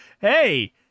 hey